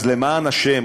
אז למען השם,